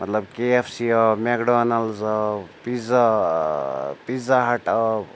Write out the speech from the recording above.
مطلب K F C آو McDonald's آو پِزا پِزا ہٹ آو